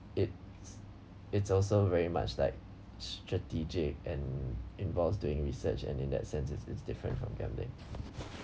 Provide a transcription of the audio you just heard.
it it's also very much like strategic and involves doing research and in that sense it's it's different from gambling